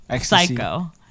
Psycho